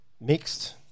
Mixed